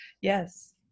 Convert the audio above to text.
Yes